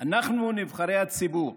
אנחנו, נבחרי הציבור,